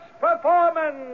performance